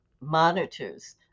monitors